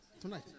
tonight